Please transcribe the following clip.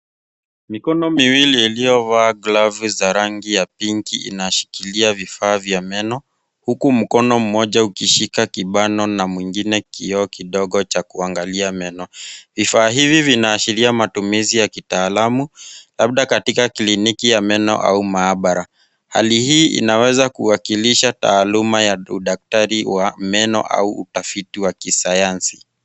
Mikono miwili iliyovaa glavu za rangi ya pinki inashikilia vifaa vya meno huku mkono mmoja ukishika kibano na mwingine kioo kidogo cha kuangalia meno. Vifaa hivi vinaashiria matumizi ya kitaalamu labda katika kliniki ya meno au maabara. Hali hii inaweza kuwakilisha taaluma ya udaktari wa meno au utafiti wa kisayansi.